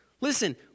Listen